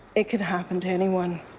it can happen to anyone.